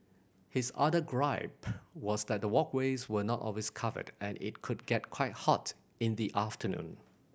his other gripe was that the walkways were not always covered and it could get quite hot in the afternoon